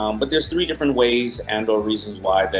um but there's three different ways and or reasons why